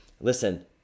listen